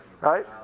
Right